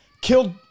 killed